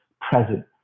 present